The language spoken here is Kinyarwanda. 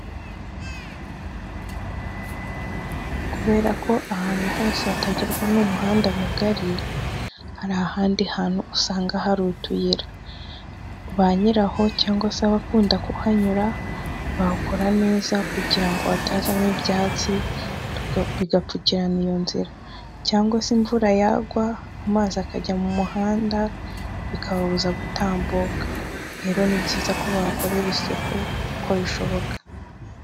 Kubera ko ahantu hose hatagerwa n'umuhanda mugari, hari ahandi hantu usanga hari utuyira, banyiraho cyangwa se abakunda kuhanyura, bahakora neza kugira ngo hatazamo ibyatsi bigapfukirana iyo nzira, cyangwa se imvura yagwa amazi akajya mu muhanda, bikababuza gutambuka, rero ni byiza ko bahakorera isuku uko bishoboka.